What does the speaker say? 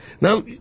Now